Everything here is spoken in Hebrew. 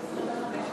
לה?